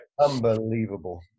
Unbelievable